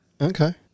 Okay